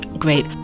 great